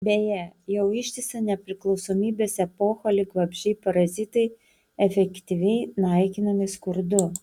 beje jau ištisą nepriklausomybės epochą lyg vabzdžiai parazitai efektyviai naikinami skurdu